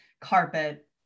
carpet